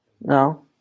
No